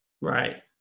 Right